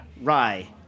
rye